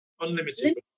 Unlimited